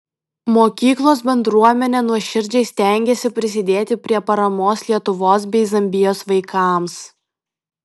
mokyklos bendruomenė nuoširdžiai stengėsi prisidėti prie paramos lietuvos bei zambijos vaikams